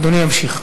אדוני ימשיך.